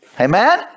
Amen